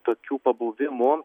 tokių pabuvimų